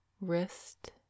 wrist